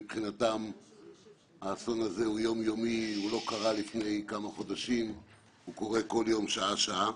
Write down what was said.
שמבחינתם האסון הזה הוא יום-יומי והוא קורה כל יום שעה שעה.